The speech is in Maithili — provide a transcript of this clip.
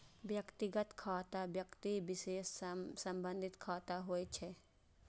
व्यक्तिगत खाता व्यक्ति विशेष सं संबंधित खाता होइ छै